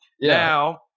Now